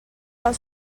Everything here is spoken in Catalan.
del